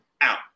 out